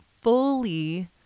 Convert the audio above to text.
fully